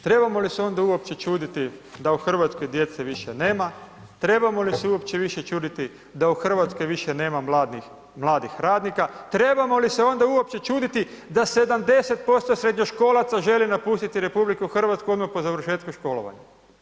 Trebamo li se onda uopće čuditi da u Hrvatskoj djece više nema, trebamo li se uopće više čuditi da u Hrvatskoj više nema mladih radnika, trebamo li se onda uopće čuditi da 70% srednjoškolaca želi napustiti RH odmah po završetku školovanja?